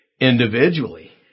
individually